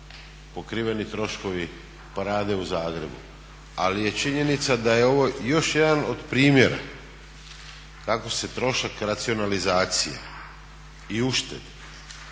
pokriveni troškovi parade u Zagrebu, ali je činjenica da je ovo još jedan od primjera kako se trošak racionalizacije i uštede